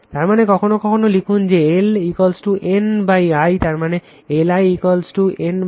তার মানে কখনও কখনও লিখুন যে L N i তার মানে Li N